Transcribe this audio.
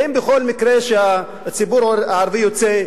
האם בכל מקרה שהציבור הערבי יוצא,